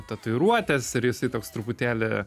tatuiruotės ir jisai toks truputėlį